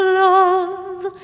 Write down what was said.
love